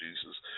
Jesus